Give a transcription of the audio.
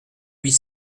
huit